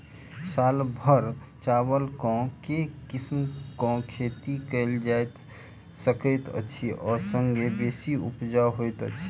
साल भैर चावल केँ के किसिम केँ खेती कैल जाय सकैत अछि आ संगे बेसी उपजाउ होइत अछि?